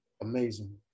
amazing